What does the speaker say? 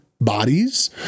bodies